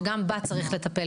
שגם בה צריך לטפל.